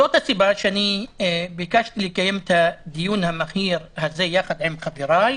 זו הסיבה שאני ביקשתי לקיים את הדיון הזה יחד עם חבריי.